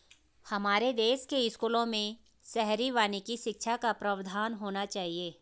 हमारे देश के स्कूलों में शहरी वानिकी शिक्षा का प्रावधान होना चाहिए